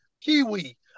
Kiwi